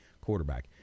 quarterback